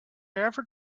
ever